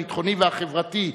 הביטחוני והחברתי,